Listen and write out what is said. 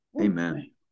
Amen